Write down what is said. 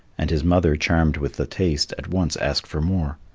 and his mother, charmed with the taste, at once asked for more.